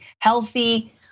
healthy